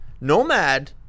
Nomad